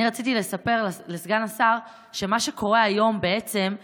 אני רציתי לספר לסגן השר שמה שקורה היום בעצם הוא